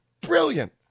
Brilliant